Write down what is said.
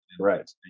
Right